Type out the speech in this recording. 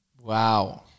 Wow